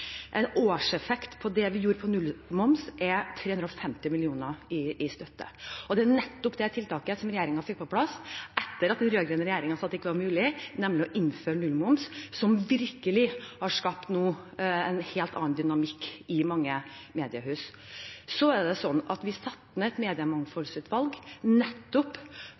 En årseffekt av det vi gjorde med nullmoms, er 350 mill. kr i støtte. Det er nettopp det tiltaket som regjeringen fikk på plass etter at den rød-grønne regjeringen sa det ikke var mulig, nemlig å innføre nullmoms, som nå virkelig har skapt en helt annen dynamikk i mange mediehus. Så er det sånn at vi satte ned et mediemangfoldsutvalg nettopp